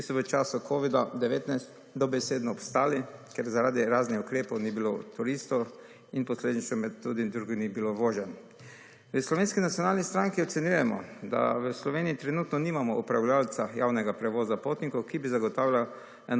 Covid-19 dobesedno obstali, ker zaradi raznih ukrepov ni bilo turistov in posledično tudi med drugim ni bilo voženj. V Slovenski nacionalni stranki ocenjujemo, da v Sloveniji trenutno nimamo upravljavca javnega prevoza potnikov, ki bi zagotavljala